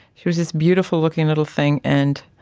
she was this beautiful looking little thing, and